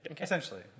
Essentially